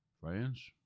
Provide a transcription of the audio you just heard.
Friends